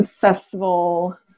festival